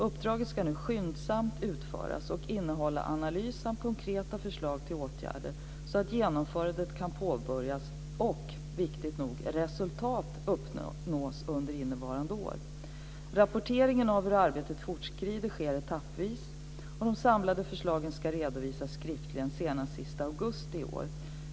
Uppdraget ska nu utföras skyndsamt och innehålla analys samt konkreta förslag till åtgärder så att genomförandet kan påbörjas och, nog så viktigt, resultat uppnås under innevarande år. Rapporteringen av hur arbetet fortskrider sker etappvis och de samlade förslagen ska redovisas skriftligen senast den sista augusti 2000.